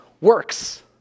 works